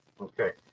Okay